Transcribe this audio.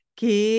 que